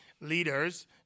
Leaders